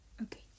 okay